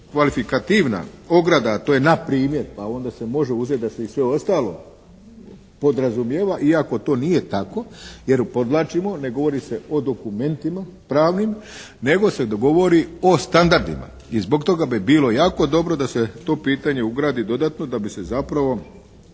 kvalifikativna ograda to je npr. pa onda se može uzeti da se i sve ostalo podrazumijeva, iako to nije tako jer podvlačimo ne radi se o dokumentima pravnim nego se govori o standardima i zbog toga bi bilo jako dobro da se to pitanje ugradi dodatno da bi se zapravo